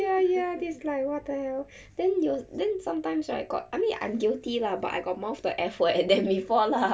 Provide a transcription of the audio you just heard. ya ya this is like what the hell then you'll then sometimes right got I mean I'm guilty lah but I got mouth the F word at them before lah